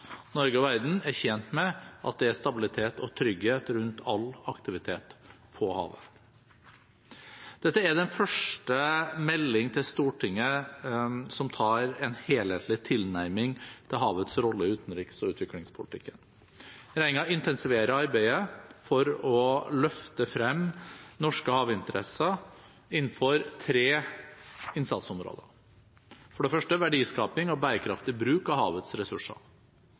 Norge, og verden, er tjent med at det er stabilitet og trygghet rundt all aktivitet på havet. Dette er den første meldingen til Stortinget som tar en helhetlig tilnærming til havets rolle i utenriks- og utviklingspolitikken. Regjeringen intensiverer arbeidet for å løfte frem norske havinteresser innenfor tre innsatsområder. Det første er verdiskaping og bærekraftig bruk av havets ressurser.